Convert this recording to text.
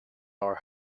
are